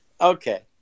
okay